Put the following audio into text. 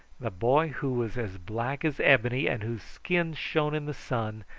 the boy, who was as black as ebony and whose skin shone in the sun,